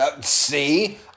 See